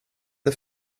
det